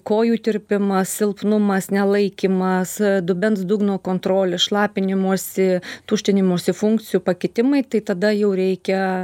kojų tirpimas silpnumas nelaikymas dubens dugno kontrolės šlapinimosi tuštinimosi funkcijų pakitimai tai tada jau reikia